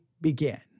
begin